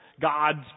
God's